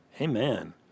Amen